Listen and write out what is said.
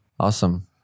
Awesome